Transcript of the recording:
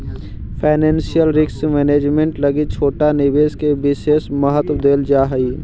financial risk management लगी छोटा निवेश के विशेष महत्व देल जा हई